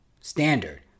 standard